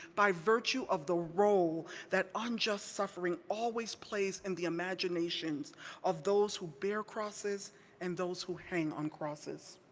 by virtue of the role that unjust suffering always plays in the imaginations of those who bear crosses and those who hang on crosses.